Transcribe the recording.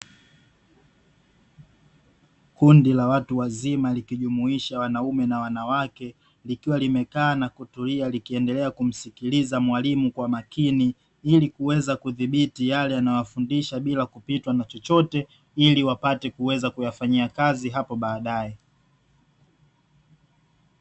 Kundi la watu wazima likijumuisha wanaume na wanawake, likiwa limekaa na kutulia, likiendelea kumsikiliza mwalimu kwa makini, ili kuweza kudhibiti yale anayawafundisha bila kupitwa na chochote, ili wapate kuweza kuyafanyia kazi hapo baadaye.